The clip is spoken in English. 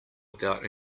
without